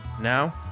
Now